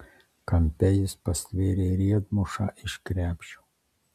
kampe jis pastvėrė riedmušą iš krepšio